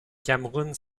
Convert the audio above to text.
cameroun